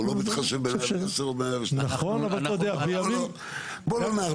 הוא לא מתחשב בוא לא נערבב.